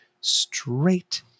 straight